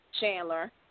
Chandler